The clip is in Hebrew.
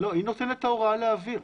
לא, היא נותנת את ההוראה להעביר.